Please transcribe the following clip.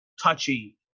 Touchy